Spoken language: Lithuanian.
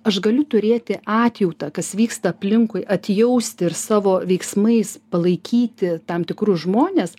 aš galiu turėti atjautą kas vyksta aplinkui atjausti ir savo veiksmais palaikyti tam tikrus žmones